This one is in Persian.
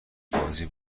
بازی